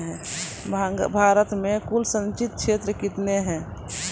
भारत मे कुल संचित क्षेत्र कितने हैं?